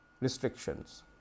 restrictions